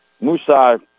Musa